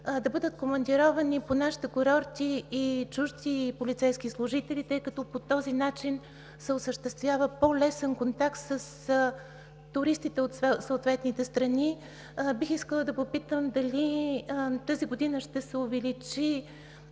да бъдат командировани по нашите курорти и чужди полицейски служители, тъй като по този начин се осъществява по-лесен контакт с туристите от съответните страни. Бих искала да попитам дали тази година ще се увеличи